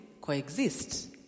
coexist